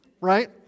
Right